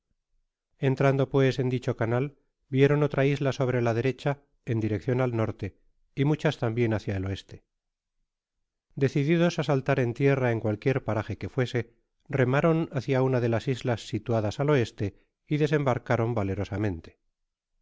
entrando pues en dicho canal vieron otra isla sobre la derecha en direccion al norte y muchas tambien hácia el oeste decididos á saltaren tierra en cualquier paraje que fuese remaron hácia una de las islas situadas al oeste y desem barcaron valerosamente